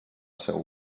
seu